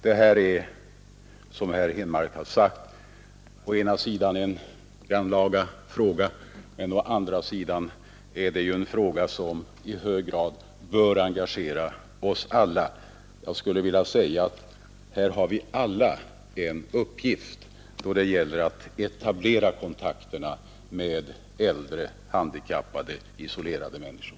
Det här är, som herr Henmark sagt, å ena sidan en grannlaga fråga men å andra sidan en fråga som i hög grad bör engagera oss alla. Här har vi alla en uppgift att fylla då det gäller att etablera kontakterna med äldre, handikappade och isolerade människor.